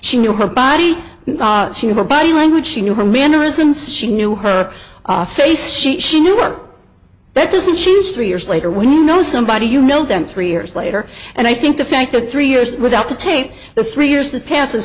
she knew her body she knew her body language she knew her mannerisms she knew her face she she knew what that doesn't change three years later when you know somebody you know them three years later and i think the fact that three years without the take the three years that passes